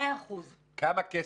100%. כמה כסף?